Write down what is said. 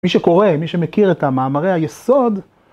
מי שקורא, מי שמכיר את המאמרי היסוד